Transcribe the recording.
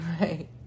right